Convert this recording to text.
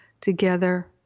together